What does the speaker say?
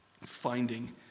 finding